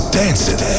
dancing